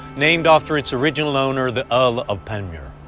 named after its original owner, the earl of panmure.